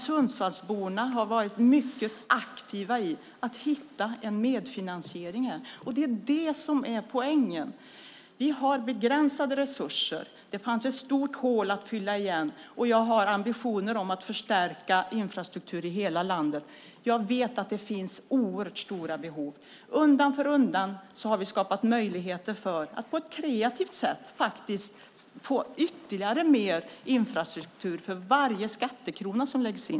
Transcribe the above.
Sundsvallsborna har varit mycket aktiva när det gäller att hitta en medfinansiär. Vi har begränsade resurser. Det fanns ett stort hål att fylla. Jag har ambitionen att förstärka infrastrukturen i hela landet. Jag vet att det finns oerhört stora behov. Undan för undan har vi skapat möjligheter för att på ett kreativt sätt få mer infrastruktur för varje skattekrona.